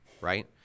right